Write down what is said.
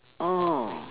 oh